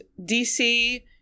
DC